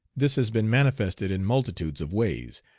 this has been manifested in multitudes of ways,